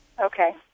Okay